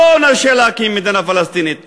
לא נרשה להקים מדינה פלסטינית,